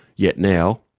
yet now,